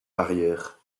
arrières